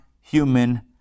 human